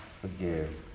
forgive